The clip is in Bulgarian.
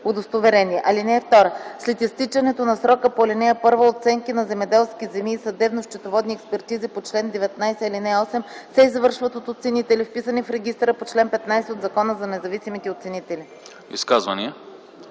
удостоверение. (2) След изтичането на срока по ал. 1 оценки на земеделски земи и съдебно-счетоводни експертизи по чл. 19а, ал. 8 се извършват от оценители, вписани в регистъра по чл. 15 от Закона за независимите оценители.”